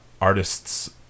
artists